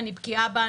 אני בקיאה בה,